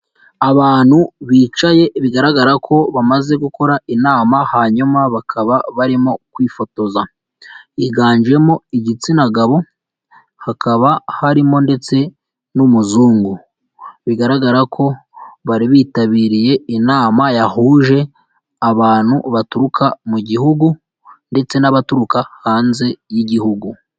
Abantu bicaye bigaragara ko bamaze gukora inama hanyuma bakaba barimo kwifotoza, higanjemo igitsina gabo hakaba harimo ndetse n'umuzungu, bigaragara ko bari bitabiriye inama yahuje abantu baturuka mu gihugu ndetse n'abaturuka hanze y'igihugu.